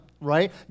right